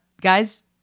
Guys